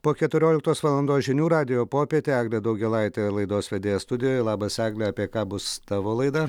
po keturioliktos valandos žinių radijo popietė eglė daugėlaitė laidos vedėja studijoje labas egle apie ką bus tavo laida